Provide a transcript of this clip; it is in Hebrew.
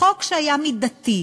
חוק שהיה מידתי,